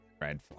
red